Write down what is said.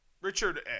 Richard